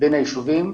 בין הישובים.